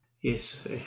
Yes